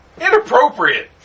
Inappropriate